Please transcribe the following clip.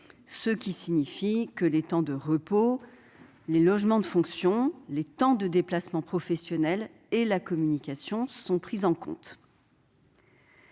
Cela signifie que les temps de repos, les logements de fonction, les déplacements professionnels et la communication sont pris en compte.